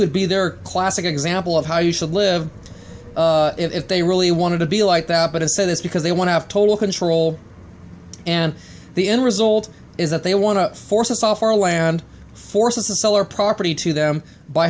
would be their classic example of how you should live if they really wanted to be like that but i say this because they want to have total control and the end result is that they want to force us off our land forces to sell our property to them by